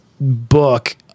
book